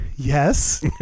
Yes